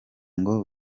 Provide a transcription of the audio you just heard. ngo